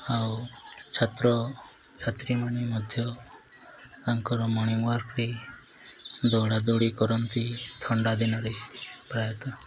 ଆଉ ଛାତ୍ର ଛାତ୍ରୀମାନେ ମଧ୍ୟ ତାଙ୍କର ମର୍ଣିଙ୍ଗ୍ ୱାର୍କ୍ରେ ଦୌଡ଼ାଦୌଡ଼ି କରନ୍ତି ଥଣ୍ଡା ଦିନରେ ପ୍ରାୟତଃ